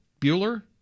Bueller